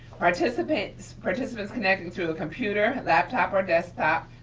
participants participants connected through a computer, laptop or desktop,